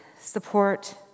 support